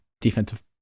defensive